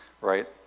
right